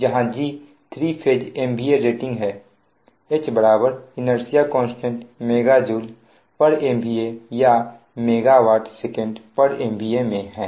जहां G three phase MVA rating है H inertia constant MJ MVA या MW SecMVA में है